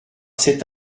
cet